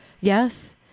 Yes